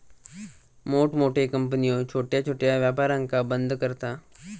मोठमोठे कंपन्यो छोट्या छोट्या व्यापारांका बंद करता